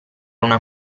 una